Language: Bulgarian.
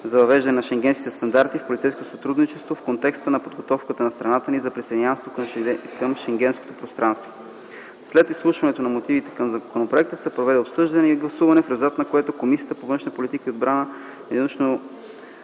за въвеждане на шенгенските стандарти в полицейското сътрудничество в контекста на подготовката на страната ни за присъединяване към Шенгенското пространство. След изслушването на мотивите към законопроекта се проведе обсъждане и гласуване, в резултат на което Комисията по външна политика и отбрана единодушно